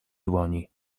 dłoni